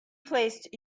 placed